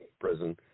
prison